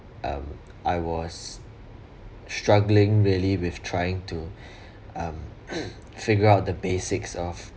um I was struggling really with trying to um figure out the basics of